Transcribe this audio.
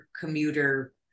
commuter